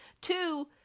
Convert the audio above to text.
Two